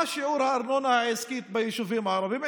מה שיעור הארנונה העסקית ביישובים הערביים?